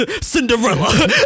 Cinderella